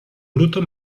bruto